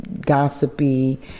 gossipy